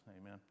Amen